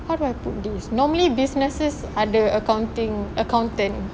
how do I put this normally businesses ada accounting accountant